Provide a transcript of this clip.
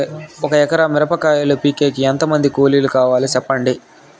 ఒక ఎకరా మిరప కాయలు పీకేకి ఎంత మంది కూలీలు కావాలి? సెప్పండి?